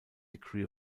degree